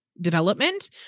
development